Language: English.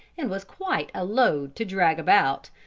and was quite a load to drag about.